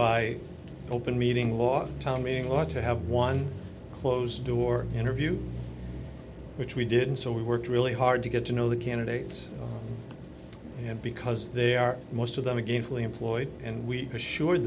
by open meeting law tommy in law to have one closed door interview which we did so we worked really hard to get to know the candidates and because they are most of them again fully employed and we assure